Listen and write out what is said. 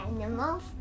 animals